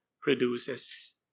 produces